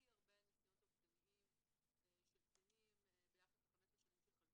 המועצה לשלום הילד, לירון, בבקשה.